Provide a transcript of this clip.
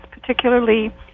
particularly